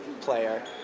player